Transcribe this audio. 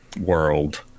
world